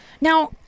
now